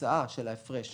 התוצאה של ההפרש